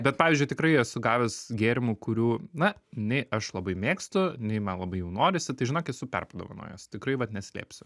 bet pavyzdžiui tikrai esu gavęs gėrimų kurių na nei aš labai mėgstu nei man labai jų norisi tai žinok esu perpadovanojęs tikrai vat neslėpsiu